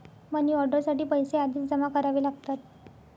money order साठी पैसे आधीच जमा करावे लागतात